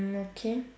mm okay